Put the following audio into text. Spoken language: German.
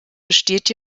besteht